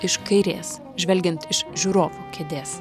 iš kairės žvelgiant iš žiūrovų kėdės